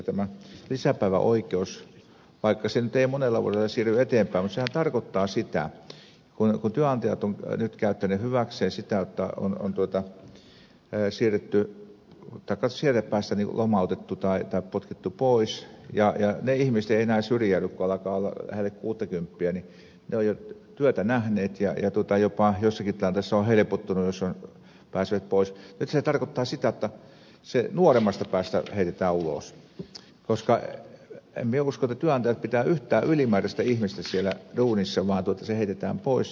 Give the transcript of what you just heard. tämä lisäpäiväoikeushan vaikka se ei nyt monella vuodella siirry eteenpäin tarkoittaa sitä kun työnantajat ovat käyttäneet hyväkseen sitä ja on vanhemmasta päästä lomautettu tai potkittu pois ne ihmiset eivät enää syrjäydy kun alkaa olla lähelle kuuttakymppiä he ovat jo työtä nähneet ja jopa jossakin tilanteessa ovat helpottuneita jos pääsevät pois jotta nuoremmasta päästä heitetään ulos koska en minä usko että työnantajat pitävät yhtään ylimääräistä ihmistä siellä duunissa vaan heidät heitetään pois